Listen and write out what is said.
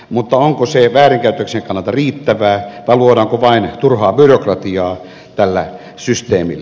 mutta onko se väärinkäytöksien kannalta riittävää vai luodaanko vain turhaa byrokratiaa tällä systeemillä